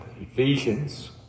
Ephesians